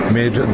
made